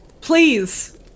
Please